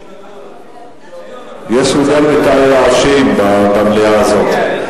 יש יותר מדי רעשים במליאה הזאת.